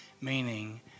meaning